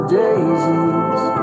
daisies